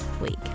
week